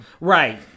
Right